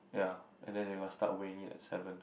ya and then they must start weighing in at seven